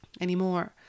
anymore